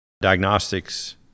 Diagnostics